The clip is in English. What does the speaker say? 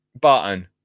Button